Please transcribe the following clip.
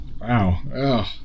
wow